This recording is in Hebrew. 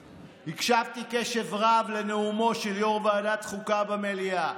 הקשבתי בקשב רב לנאומו של יו"ר ועדת החוקה במליאה,